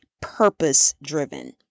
purpose-driven